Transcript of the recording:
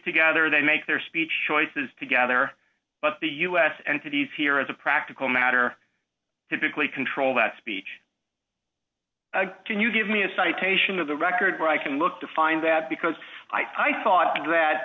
together they make their speech choices together but the u s and cities here as a practical matter typically control that speech can you give me a citation of the record a where i can look to find that because i thought that